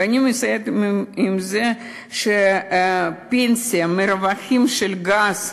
ואני מסיימת עם זה שהפנסיה, מהרווחים של הגז,